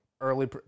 early